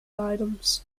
items